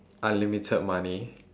unlimited money